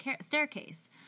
Staircase